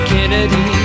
Kennedy